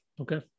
Okay